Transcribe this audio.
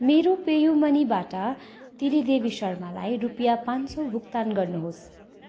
मेरो पेयू मनीबाट तिली देवी शर्मालाई रुपियाँ पाँच सौ भुक्तान गर्नुहोस्